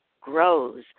grows